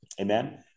amen